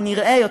או נראה,